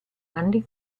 anni